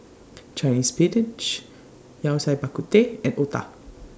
Chinese Spinach Yao Cai Bak Kut Teh and Otah